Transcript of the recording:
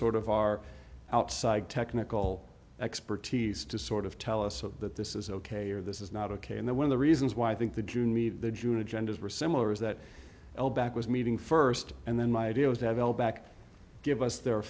sort of our outside technical expertise to sort of tell us that this is ok or this is not ok and then one of the reasons why i think the june me the june agendas were similar is that l back was meeting st and then my idea was to have al back give us their